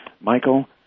Michael